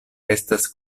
estas